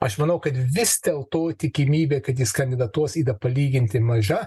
aš manau kad vis dėlto tikimybė kad jis kandidatuos yra palyginti maža